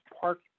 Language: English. park